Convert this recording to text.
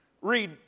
Read